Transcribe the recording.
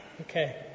Okay